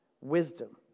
wisdom